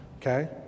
okay